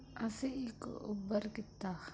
ਅਸੀਂ ਇੱਕ ਉਬਰ ਕੀਤੀ